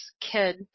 kid